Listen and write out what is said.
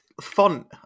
font